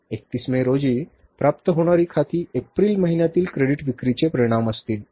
31 May रोजी प्राप्त होणारी खाती एप्रिल महिन्यातील क्रेडिट विक्रीचे परिणाम असतील